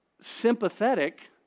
sympathetic